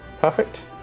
perfect